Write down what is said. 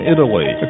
Italy